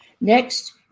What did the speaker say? Next